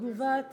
לתגובת